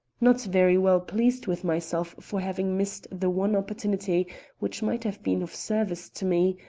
not very well pleased with myself for having missed the one opportunity which might have been of service to me,